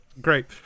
Great